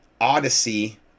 Odyssey